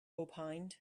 opined